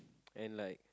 and like